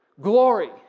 glory